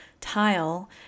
tile